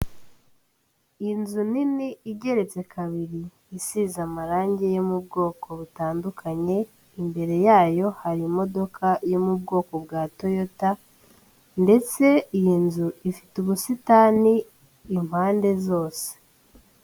Inzu nini igeretse kabiri, isize amarangi yo mu bwoko butandukanye, imbere yayo hari imodoka yo mu bwoko bwa Toyota ndetse iyi nzu ifite ubusitani impande zose.